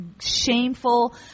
shameful